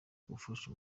ugufasha